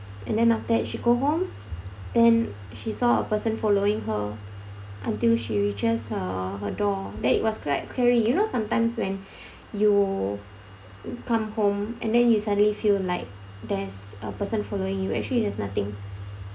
and then after that she go home then she saw a person following her until she reaches uh her door that it was quite scary you know sometimes when you come home and then you suddenly feel like there's a person following you actually there's just nothing